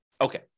Okay